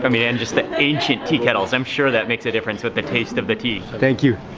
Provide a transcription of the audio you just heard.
um yeah and just the ancient tea kettles. i'm sure that makes a difference with the taste of the tea. thank you.